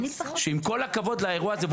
ועם כל הכבוד לאירוע הזה,